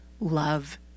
Love